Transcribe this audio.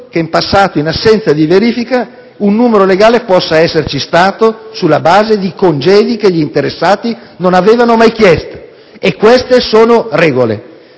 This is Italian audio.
che in passato, in assenza di verifica, il numero legale possa esserci stato sulla base di congedi che gli interessati non avevano mai chiesto. E queste sono regole!